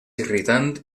irritant